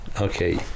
Okay